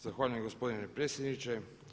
Zahvaljujem gospodine predsjedniče.